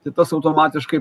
tai tas automatiškai